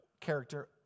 character